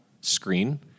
screen